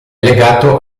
legato